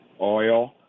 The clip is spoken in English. oil